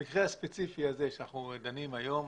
במקרה הספציפי הזה שאנחנו דנים היום,